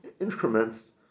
increments